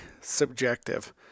subjective